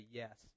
yes